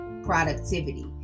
Productivity